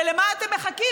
ולמה אתם מחכים?